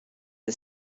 are